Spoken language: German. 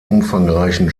umfangreichen